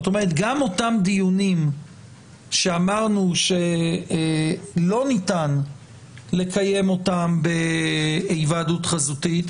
זאת אומרת גם אותם דיונים שאמרנו שלא ניתן לקיים אותם בהיוועדות חזותית,